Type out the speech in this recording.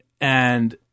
And-